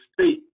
state